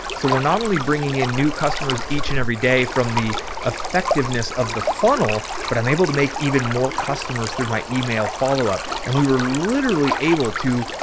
so we're not only bringing in new customers each and every day from the, the effectiveness of the funnel, but i'm able to make even more customers through my email followup. and we were literally able to.